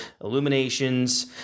Illuminations